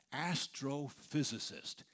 Astrophysicist